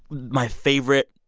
my favorite,